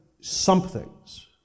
somethings